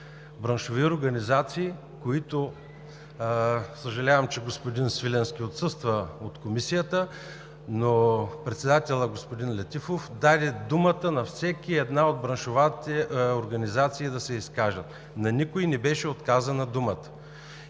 браншови организации. Съжалявам, че господин Свиленски отсъства от Комисията, но председателят господин Летифов даде думата на всяка една от браншовите организации, за да се изкажат. На никой не беше отказана думата.